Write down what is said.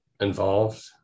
involved